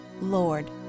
Lord